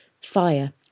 fire